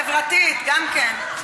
חברתית, גם כן.